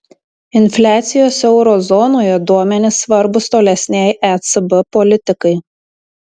infliacijos euro zonoje duomenys svarbūs tolesnei ecb politikai